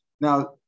Now